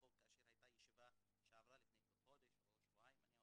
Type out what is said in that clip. היא ניתנת כשאנחנו שמים את ידינו באופן שלם ומלא שבאמת עשינו